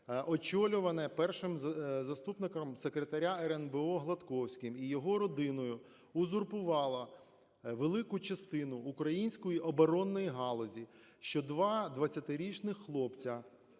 очолюване першим заступником Секретаря РНБО Гладковським і його родиною, узурпувала велику частин української оборонної галузі, що два 20-річних хлопця